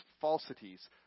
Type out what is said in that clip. falsities